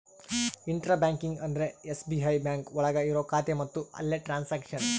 intra banking ಅಂದ್ರೆ SBI bank ಒಳಗ ಇರೋ ಖಾತೆ ಮತ್ತು ಅಲ್ಲೇ ಟ್ರನ್ಸ್ಯಾಕ್ಷನ್